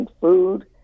food